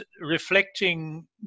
reflecting